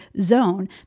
zone